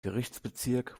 gerichtsbezirk